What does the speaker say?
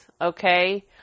Okay